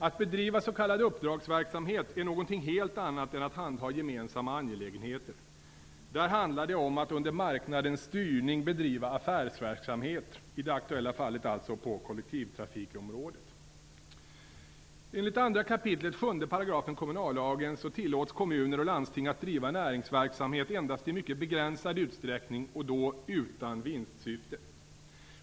Att bedriva s.k. uppdragsverksamhet är någonting helt annat än att handha gemensamma angelägenheter. Där handlar det om att under marknadens styrning bedriva affärsverksamhet, i det aktuella fallet alltså på kollektivtrafikområdet. Enligt 2 kap. 7 § kommunallagen tillåts kommuner och landsting att driva näringsverksamhet endast i mycket begränsad utsträckning och då utan vinstsyfte.